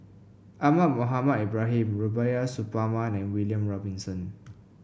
Ahmad Mohamed Ibrahim Rubiah Suparman and William Robinson